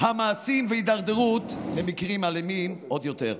המעשים וההידרדרות למקרים אלימים עוד יותר.